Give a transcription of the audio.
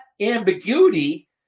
ambiguity